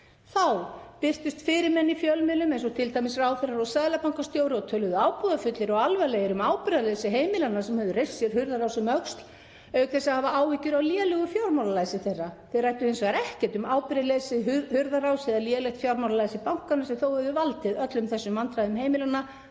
Þá birtust fyrirmenn í fjölmiðlum, eins og t.d. ráðherrar og seðlabankastjóri, og töluðu ábúðarfullir og alvarlegir um ábyrgðarleysi heimilanna sem hefðu reist sér hurðarás um öxl, auk þess að hafa áhyggjur af lélegu fjármálalæsi þeirra. Þeir ræddu hins vegar ekkert um ábyrgðarleysi, hurðarás eða lélegt fjármálalæsi bankanna sem þó höfðu valdið öllum þessum vandræðum heimilanna